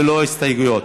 ללא הסתייגויות.